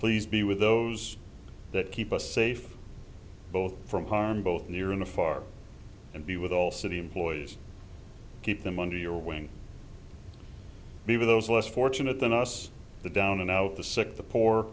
please be with those that keep us safe both from harm both near in a far and be with all city employees keep them under your wing even those less fortunate than us the down and out the sick the poor